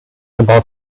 about